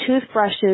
toothbrushes